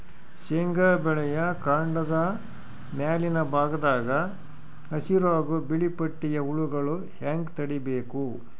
ಶೇಂಗಾ ಬೆಳೆಯ ಕಾಂಡದ ಮ್ಯಾಲಿನ ಭಾಗದಾಗ ಹಸಿರು ಹಾಗೂ ಬಿಳಿಪಟ್ಟಿಯ ಹುಳುಗಳು ಹ್ಯಾಂಗ್ ತಡೀಬೇಕು?